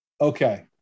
Okay